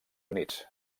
units